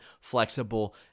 flexible